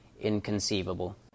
inconceivable